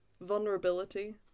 vulnerability